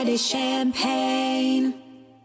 Champagne